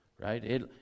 right